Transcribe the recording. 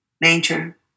nature